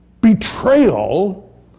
betrayal